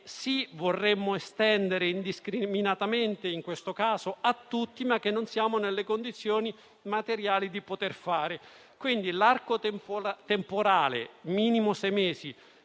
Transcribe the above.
che vorremmo estendere indiscriminatamente in questo caso a tutti, ma che non siamo nelle condizioni materiali di poter fare. L'arco temporale minimo di sei mesi